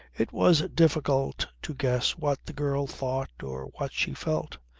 it was difficult to guess what the girl thought or what she felt.